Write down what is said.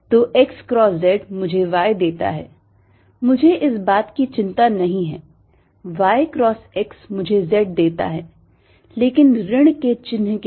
तो x cross z मुझे y देता है मुझे इस बात की चिंता नहीं है y cross x मुझे z देता है लेकिन ऋण के चिन्ह के साथ